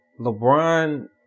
LeBron